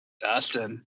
Dustin